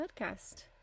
podcast